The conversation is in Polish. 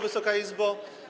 Wysoka Izbo!